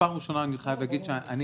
אני חייב להגיד שזו הפעם הראשונה,